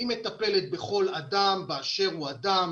היא מטפלת בכל אדם באשר הוא אדם